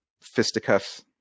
fisticuffs